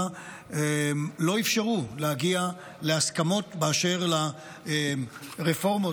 לא אפשרו להגיע להסכמות באשר לרפורמות.